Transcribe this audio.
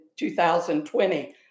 2020